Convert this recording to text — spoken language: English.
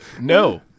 no